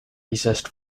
recessed